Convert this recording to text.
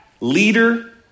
leader